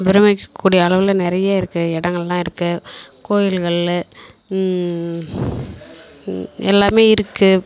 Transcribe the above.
பிரம்மிக்கக்கூடிய அளவில் நிறைய இருக்குது இடங்கள்லாம் இருக்குது கோயில்கள் எல்லாம் இருக்குது